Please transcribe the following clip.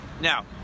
Now